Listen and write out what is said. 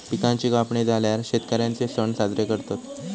पिकांची कापणी झाल्यार शेतकर्यांचे सण साजरे करतत